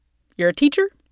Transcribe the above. you're a teacher,